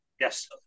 yes